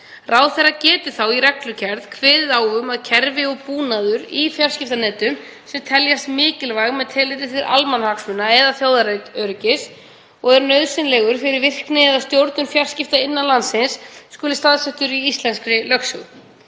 Ráðherra geti þá í reglugerð kveðið á um að kerfi og búnaður í fjarskiptanetum, sem teljast mikilvæg með tilliti til almannahagsmuna eða þjóðaröryggis, og er nauðsynlegur fyrir virkni eða stjórnun fjarskipta innan landsins skuli staðsettur í íslenskri lögsögu.